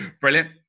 Brilliant